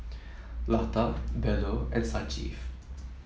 Lata Bellur and Sanjeev